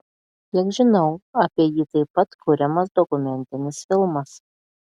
kiek žinau apie jį taip pat kuriamas dokumentinis filmas